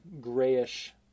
grayish